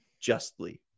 justly